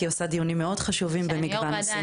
כי היא מקיימת דיונים מאוד חשובים במגוון נושאים.